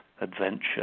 adventure